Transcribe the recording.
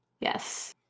yes